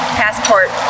passport